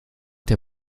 der